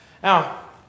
Now